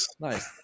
nice